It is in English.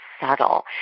subtle